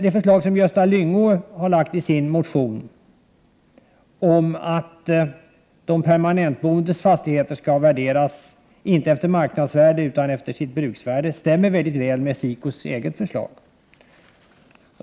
Det förslag som Gösta Lyngå har lagt fram i sin motion om att de permanentboendes fastigheter skall värderas inte efter marknadsvärde utan efter bruksvärde stämmer väl med SIKO:s eget förslag.